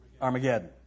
Armageddon